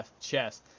chess